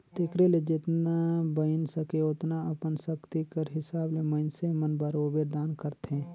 तेकरे ले जेतना बइन सके ओतना अपन सक्ति कर हिसाब ले मइनसे मन बरोबेर दान करथे